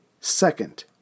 second